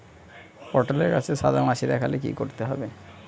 পটলে গাছে সাদা মাছি দেখালে কি করতে হবে?